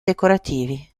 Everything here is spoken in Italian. decorativi